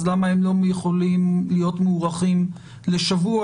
למה הם לא יכולים להיות מוארכים לשבוע